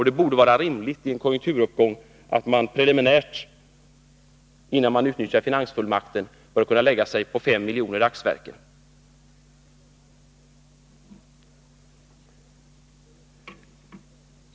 Det borde i en konjunkturuppgång vara rimligt att man preliminärt, innan finansfullmakten utnyttjas, lägger sig på 5 miljoner dagsverken.